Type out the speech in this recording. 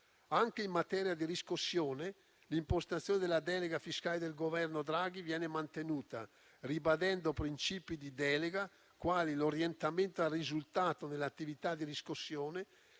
Anche in materia di riscossione, l'impostazione della delega fiscale del Governo Draghi viene mantenuta, ribadendo princìpi di delega quali l'orientamento al risultato nell'attività di riscossione,